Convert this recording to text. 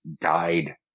died